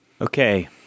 Okay